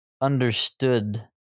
understood